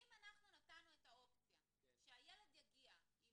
אם אנחנו נתנו את האופציה שהילד יגיע עם